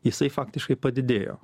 jisai faktiškai padidėjo